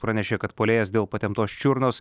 pranešė kad puolėjas dėl patemptos čiurnos